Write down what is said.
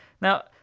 now